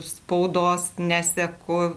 spaudos neseku